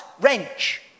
wrench